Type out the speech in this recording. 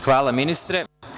Hvala ministre.